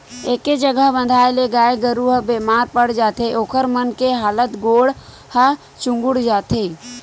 एके जघा बंधाए ले गाय गरू ह बेमार पड़ जाथे ओखर मन के हात गोड़ ह चुगुर जाथे